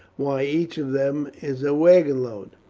why, each of them is a wagon load.